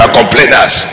complainers